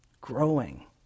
growing